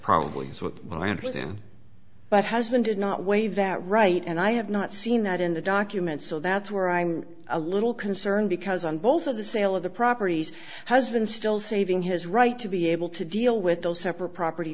probably is what i understand but husband did not waive that right and i have not seen that in the document so that's where i'm a little concerned because on both of the sale of the properties husband still saving his right to be able to deal with those separate property